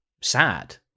sad